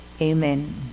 Amen